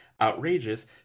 outrageous